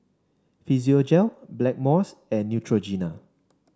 Physiogel Blackmores and Neutrogena